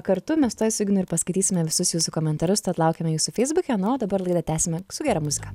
kartu mes tuoj su ignu ir paskaitysime visus jūsų komentarus tad laukiame jūsų feisbuke na o dabar laidą tęsiame su gera muzika